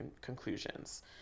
conclusions